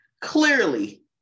clearly